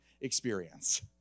experience